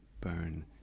burn